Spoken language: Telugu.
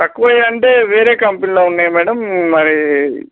తక్కువై అంటే వేరే కంపెనీలో ఉన్నాయి మేడం మరి